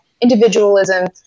individualism